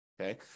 Okay